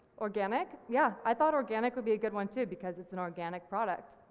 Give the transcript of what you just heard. organic? yeah, i thought organic would be a good one too, because it's an organic product.